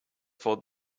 for